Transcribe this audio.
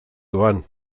doan